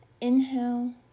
Inhale